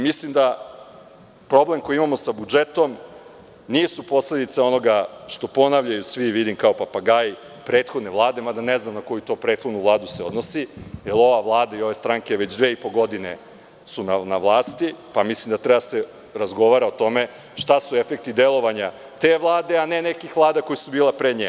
Mislim da problem koji imamo sa budžetom nije posledica, što ponavljaju svi kao papagaji, prethodne Vlade, ne znam na koju se to prethodnu Vladu odnosi, jer ova Vlada i ove stranke su već dve i po godine na vlasti pa mislim da treba da se razgovara o tome šta su efekti delovanja te Vlade a ne nekih vlada koje su bile pre nje.